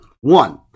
One